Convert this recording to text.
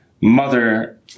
mother